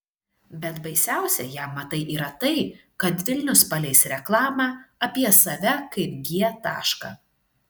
bet baisiausia jam matai yra tai kad vilnius paleis reklamą apie save kaip g tašką